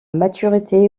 maturité